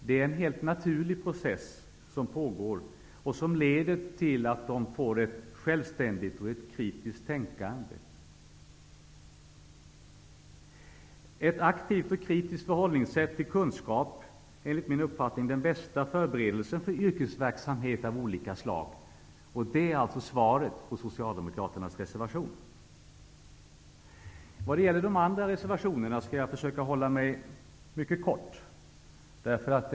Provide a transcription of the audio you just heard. Det är en helt naturlig process som pågår och som leder till att de får ett självständigt och ett kritiskt tänkande. Ett aktivt och kritiskt förhållningssätt till kunskap är enligt min uppfattning den bästa förberedelsen för yrkesverksamhet av olika slag. Det är alltså svaret på Socialdemokraternas reservation. Vad gäller de andra reservationerna skall jag försöka hålla mig mycket kort.